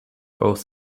both